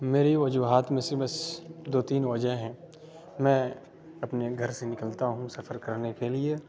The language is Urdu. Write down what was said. میری وجوہات میں سے بس دو تین وجہ ہیں میں اپنے گھر سے نکلتا ہوں سفر کرنے کے لیے